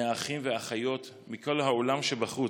מהאחים והאחיות, מכל העולם שבחוץ,